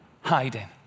hiding